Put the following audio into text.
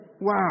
Wow